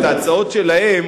את ההצעות שלהם,